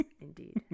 indeed